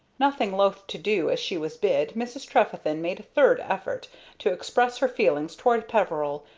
nothing loath to do as she was bid, mrs. trefethen made a third effort to express her feelings towards peveril,